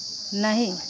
नहीं